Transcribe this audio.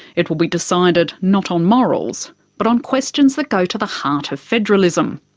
it will be decided not on morals, but on questions that go to the heart of federalism.